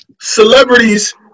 Celebrities